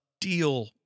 deal